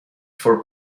for